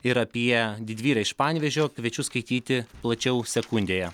ir apie didvyrę iš panevėžio kviečiu skaityti plačiau sekundėje